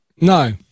No